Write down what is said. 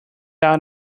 out